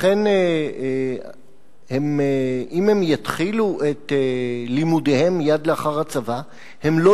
לכן אם הם יתחילו את לימודיהם מייד לאחר הצבא הם לא